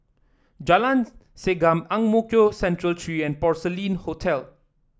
Jalan Segam Ang Mo Kio Central Three and Porcelain Hotel